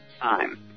time